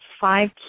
five